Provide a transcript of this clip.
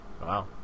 Wow